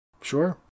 Sure